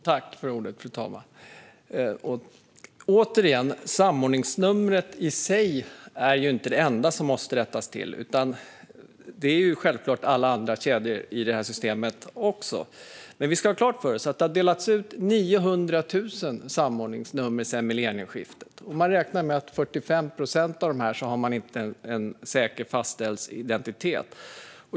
Fru talman! Återigen: Samordningsnumren i sig är inte det enda som måste rättas till, utan det behöver även alla andra kedjor i systemet. Vi ska dock ha klart för oss att det har delats ut 900 000 samordningsnummer sedan millennieskiftet. Man räknar med att vid 45 procent av dessa har man inte en säkert fastställd identitet.